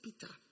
Peter